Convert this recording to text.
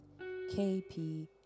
kp